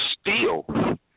steel